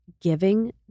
giving